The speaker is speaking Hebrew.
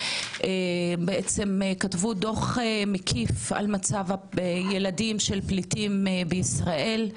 הם בעצם כתבו דוח מקיף על מצב הילדים של פליטים בישראל,